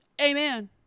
Amen